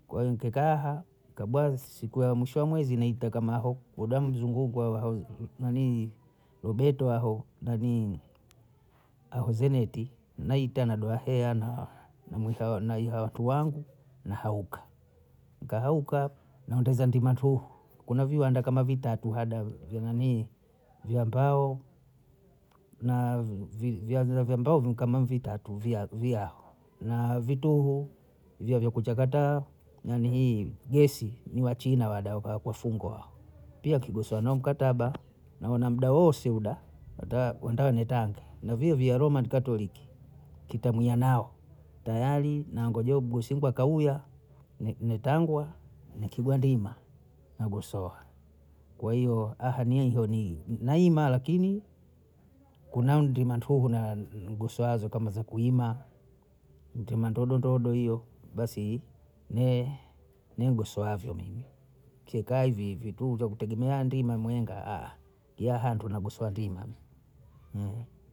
Kwe nkekaha ikabwa siku ya mwisho wa mwezi ite kama aho uda mzunguko haozi nanii obeto hao nainii aho zeneti naitana goa hea na na mwita nahia watu wangu nahauka, nkahauka naondeza ndima tuhu, kuna viwanda kama vitatu hada vya nanii vya mbao, na na vya mbao viko kama vitatu, vya vya na vituhu vya vya kuchakata nanihii gesi ni wachina wada hao kasungua, pia kigosowa nao mkataba naona muda ose uda, wenda unitake, na vyuo vya romani katoliki kitamuya nao taari nangojea mgosi wangu akauya, nitangwa nikigwa ndima nagosowa. kwa hiyo aha mi honi naima lakini kuna I ndima ntuhu na nigosowazo kama za kuima, ndima ndogondogo hiyo, basi ne negosowazo mimi, kio kaa hivihivi tu vyakutegemea ndima mwinga yahantu nagosowa ndima